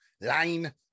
line